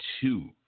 two